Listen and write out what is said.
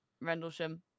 Rendlesham